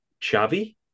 Chavi